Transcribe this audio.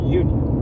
union